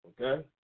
okay